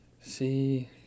See